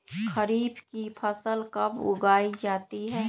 खरीफ की फसल कब उगाई जाती है?